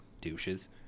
Douches